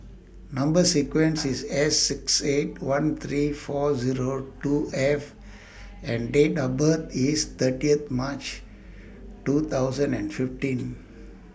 Number sequence IS S six eight one three four Zero two F and Date of birth IS thirtieth March two thousand and fifteen